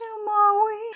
tomorrow